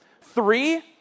Three